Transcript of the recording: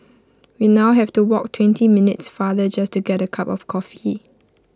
we now have to walk twenty minutes farther just to get A cup of coffee